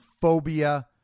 phobia